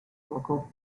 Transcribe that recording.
local